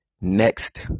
next